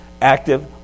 active